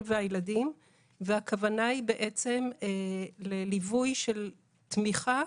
והילדים שלהן והכוונה היא בעצם לליווי של תמיכה